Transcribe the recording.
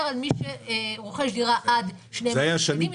על מי שרוכש דירה עד 2 מיליון שקלים,